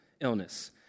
illness